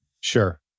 Sure